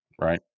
Right